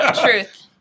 Truth